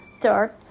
Third